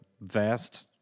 vast